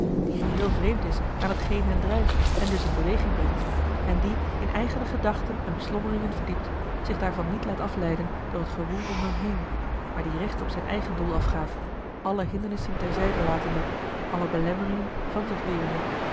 die geheel vreemd is aan t geen hen drijft en dus in beweging brengt en die in eigene gedachten en beslommeringen verdiept zich daarvan niet laat afleiden door het gewoel om hem heen maar die recht op zijn eigen doel afgaat alle hindernissen ter zijde latende alle belemmeringen van zich werende